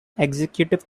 executive